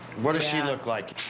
what does she look like?